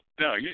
No